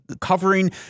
covering